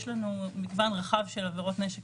יש לנו מגוון רחב של עבירות נשק